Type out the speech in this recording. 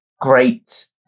great